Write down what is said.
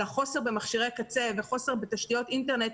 החוסר במכשירי קצה וחוסר בתשתיות אינטרנט,